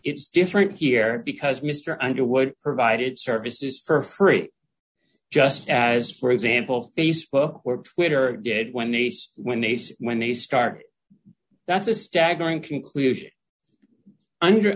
it's different here because mr underwood provided services for free just as for example facebook or twitter did when they say when they see when they start that's a staggering conclusion under